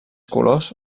colors